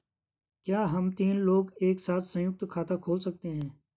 क्या हम तीन लोग एक साथ सयुंक्त खाता खोल सकते हैं?